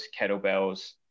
kettlebells